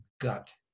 gut